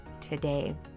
today